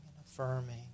affirming